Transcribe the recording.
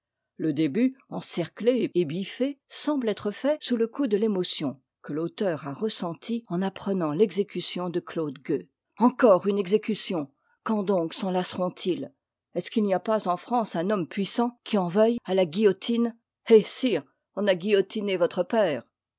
le début encerclé et biffé semble être fait sous le coup de l'émotion que l'auteur a ressentie en apprenant l'exécution de claude gueux encore une exécution quand donc s'en lasseront ils est-ce qu'il n'y a pas en france un homme puissant qui en veuille à la guillotine hé sire on a guillotiné votre père